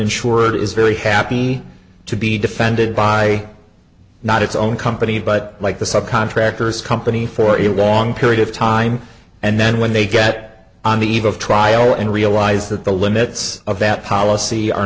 insured is very happy to be defended by not its own company but like the sub contractors company for a long period of time and then when they get on the eve of trial and realize that the limits of that policy are